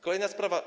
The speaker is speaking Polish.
Kolejna sprawa.